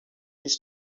his